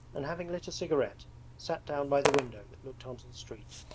and having lit a cigarette sat down by the window that looked onto the street.